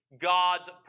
God's